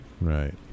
right